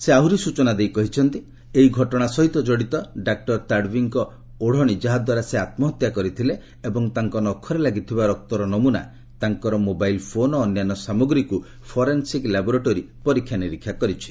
ସେ ପୁଣି ସୂଚନା ଦେଇ କହିଛନ୍ତି ଯେ ଏହି ଘଟଣା ସହିତ କଡ଼ିତ ଡାକ୍ତର ତାଡବିଙ୍କ ଓଢଣୀ ଯାହାଦ୍ୱାରା ସେ ଆତ୍କହତ୍ୟା କରିଥିଲେ ଏବଂ ତାଙ୍କ ନଖରେ ଲାଗିଥିବା ରକ୍ତର ନମୁନା ତାଙ୍କର ମୋବାଇଲ୍ ଫୋନ୍ ଓ ଅନ୍ୟାନ୍ୟ ସାମଗ୍ରୀକୁ ଫୋରେନ୍ଶିକ୍ ଲାବ୍ରୋଟୋରୀ ପରୀକ୍ଷାନିରୀକ୍ଷା କରିଛି